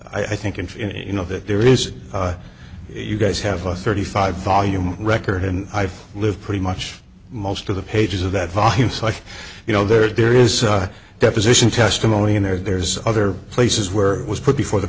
i think if you know that there is you guys have a thirty five volume record and i live pretty much most of the pages of that volume so like you know there is a deposition testimony in there there's other places where it was put before the